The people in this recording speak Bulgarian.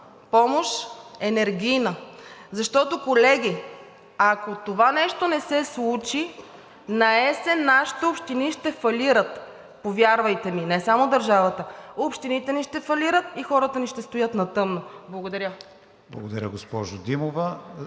помощ, енергийна. Колеги, ако това нещо не се случи, наесен нашите общини ще фалират. Повярвайте ми – не само държавата, а общините ни ще фалират и хората ни ще стоят на тъмно. Благодаря. ПРЕДСЕДАТЕЛ